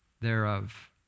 thereof